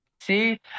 See